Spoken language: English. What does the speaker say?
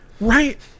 Right